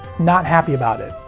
not happy about it.